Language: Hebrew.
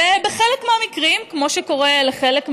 ובחלק מן המקרים, כמו שקורה לחלק מהזוגות,